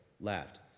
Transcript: laughed